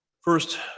First